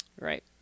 Right